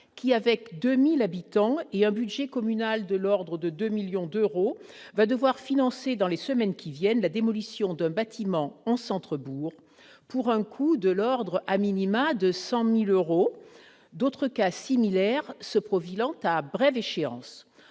qui, avec 2 000 habitants et un budget communal de l'ordre de 2 millions d'euros, va devoir financer dans les semaines qui viennent la démolition d'un bâtiment en centre-bourg pour un coût de 100 000 euros au minimum, d'autres cas similaires se profilant à brève échéance.